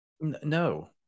No